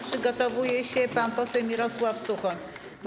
Przygotowuje się pan poseł Mirosław Suchoń.